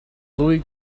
louie